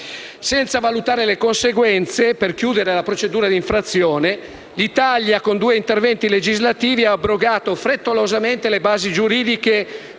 Senza valutare le conseguenze, per chiudere la procedura di infrazione, con due interventi legislativi l'Italia ha abrogato frettolosamente le basi giuridiche